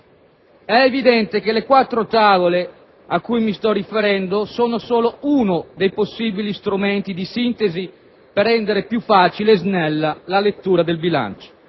È evidente che le quattro tavole cui mi sto riferendo sono solo uno dei possibili strumenti di sintesi per rendere più facile e snella la lettura del bilancio;